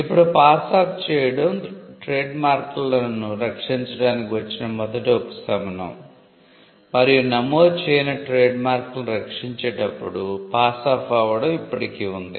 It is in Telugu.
ఇప్పుడు పాస్ ఆఫ్ చేయడం ట్రేడ్మార్క్లను రక్షించడానికి వచ్చిన మొదటి ఉపశమనం మరియు నమోదు చేయని ట్రేడ్మార్క్లను రక్షించేటప్పుడు పాస్ ఆఫ్ అవ్వడం ఇప్పటికీ ఉంది